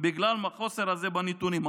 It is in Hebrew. בגלל החוסר הזה בנתונים.